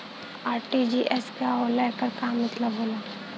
RTGS का होला एकर का मतलब होला?